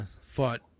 fought